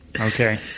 Okay